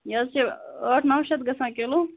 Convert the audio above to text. یہِ حظ چھِ ٲٹھ نَو شتھ گژھان کِلوٗ